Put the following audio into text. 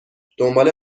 دنبال